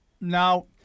Now